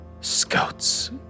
scouts